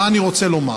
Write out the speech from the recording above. מה אני רוצה לומר?